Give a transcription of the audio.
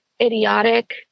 idiotic